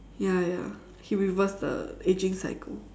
ya ya he reverse the ageing cycle